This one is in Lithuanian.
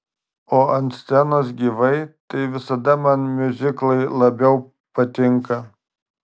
o ant scenos gyvai tai visada man miuziklai labiau patinka